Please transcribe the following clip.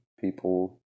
people